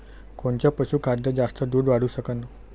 कोनचं पशुखाद्य जास्त दुध वाढवू शकन?